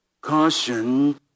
Caution